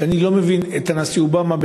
שאני לא מבין את הנשיא אובמה,